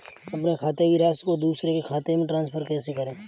अपने खाते की राशि को दूसरे के खाते में ट्रांसफर कैसे करूँ?